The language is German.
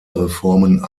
reformen